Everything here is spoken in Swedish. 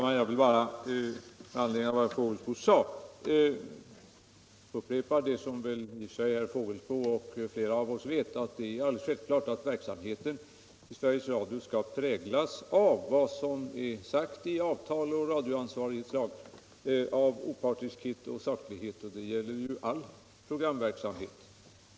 Herr talman! Med anledning av vad herr Fågelsbo sade vill jag upprepa att det är alldeles självklart att verksamheten vid Sveriges Radio skall präglas av den opartiskhet och saklighet som stadgats i avtal och i radioansvarighetslagen. Detta gäller ju all programverksamhet.